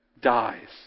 dies